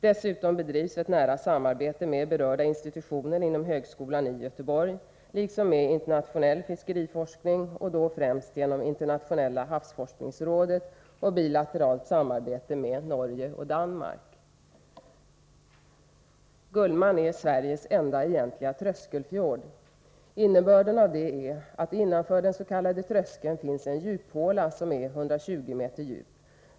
Dessutom bedrivs ett nära samarbete med berörda institutioner inom högskolan i Göteborg, liksom med internationell fiskeriforskning, främst då genom Internationella havsforskningsrådet och bilateralt med Norge och Danmark. Gullmarn är Sveriges enda egentliga tröskelfjord. Innebörden av det är att det innanför den s.k. tröskeln finns en djuphåla, som är 120 meter djup.